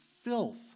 filth